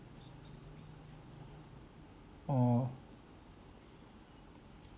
oh